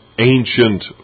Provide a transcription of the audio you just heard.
ancient